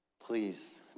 please